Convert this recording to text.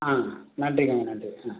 ஆ நன்றிங்கய்யா நன்றி ஆ